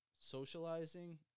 socializing